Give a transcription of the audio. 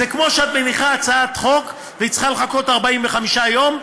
זה כמו שאת מניחה הצעת חוק והיא צריכה לחכות 45 יום.